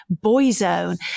Boyzone